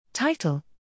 Title